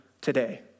today